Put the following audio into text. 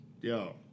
Yo